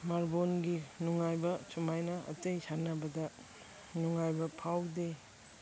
ꯃꯥꯔꯕꯣꯜꯒꯤ ꯅꯨꯡꯉꯥꯏꯕ ꯁꯨꯃꯥꯏꯅ ꯑꯇꯩ ꯁꯥꯟꯅꯕꯗ ꯅꯨꯡꯉꯥꯏꯕ ꯐꯥꯎꯗꯦ